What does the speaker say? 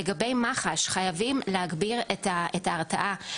ולגבי מח"ש, חייבים להגביר את ההרתעה.